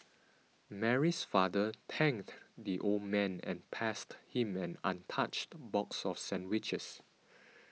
Mary's father thanked the old man and passed him an untouched box of sandwiches